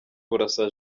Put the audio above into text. burasa